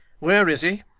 where is he